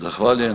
Zahvaljujem.